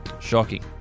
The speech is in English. Shocking